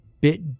bit